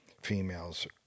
Females